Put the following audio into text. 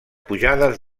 pujades